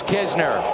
Kisner